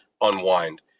unwind